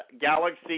Galaxy